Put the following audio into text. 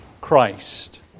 Christ